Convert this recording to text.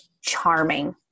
charming